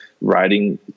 writing